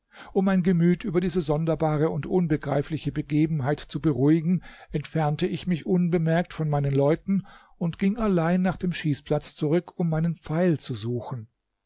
um mein gemüt über diese sonderbare und unbegreifliche begebenheit zu beruhigen entfernte ich mich unbemerkt von meinen leuten und ging allein nach dem schießplatz zurück um meinen pfeil zu suchen